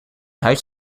huis